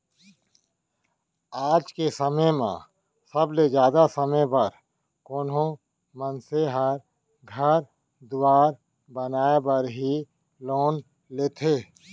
आज के समय म सबले जादा समे बर कोनो मनसे ह घर दुवार बनाय बर ही लोन लेथें